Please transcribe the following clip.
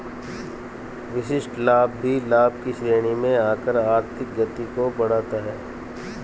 विशिष्ट लाभ भी लाभ की श्रेणी में आकर आर्थिक गति को बढ़ाता है